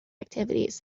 activities